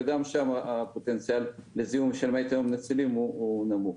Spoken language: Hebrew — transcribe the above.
וגם שם הפוטנציאל לזיהום של מי תהום נצילים הוא נמוך.